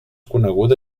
coneguda